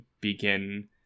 begin